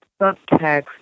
subtext